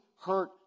hurt